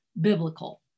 biblical